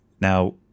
Now